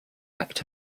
act